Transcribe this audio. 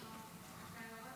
תודה רבה, אדוני